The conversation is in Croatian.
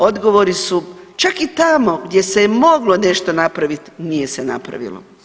Odgovori su čak i tamo gdje se je moglo nešto napravit nije se napravilo.